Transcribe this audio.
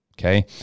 Okay